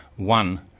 one